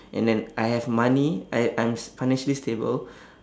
and then I have money I I'm s~ financially stable